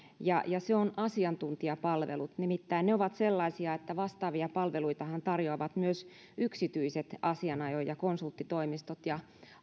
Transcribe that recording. ja se on asiantuntijapalvelut nimittäin ne ovat sellaisia että vastaavia palveluitahan tarjoavat myös yksityiset asianajo ja konsulttitoimistot ja